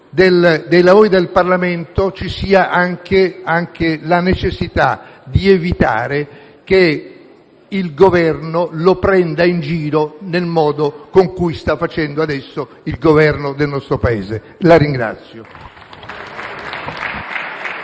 dei lavori del Parlamento ci sia anche la necessità di evitare che il Governo lo prenda in giro nel modo in cui lo sta facendo adesso il Governo del nostro Paese. *(Applausi